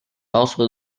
also